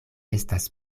estas